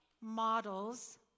models